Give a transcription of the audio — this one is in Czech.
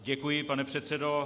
Děkuji, pane předsedo.